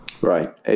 Right